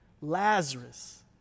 Lazarus